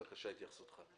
בבקשה התייחסותך.